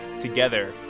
together